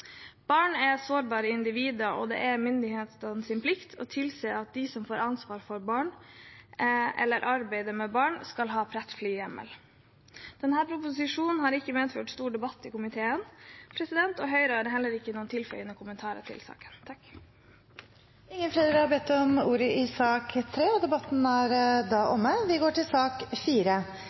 Barn er sårbare individer, og det er myndighetenes plikt å tilse at de som får ansvar for barn eller arbeider med barn, skal ha plettfri vandel. Denne proposisjonen har ikke medført stor debatt i komiteen, og Høyre har heller ikke noen tilføyende kommentarer i saken. Flere har ikke bedt om ordet i sak nr. 3. Etter ønske fra familie- og kulturkomiteen vil presidenten foreslå at taletiden blir begrenset til